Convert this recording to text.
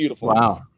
Wow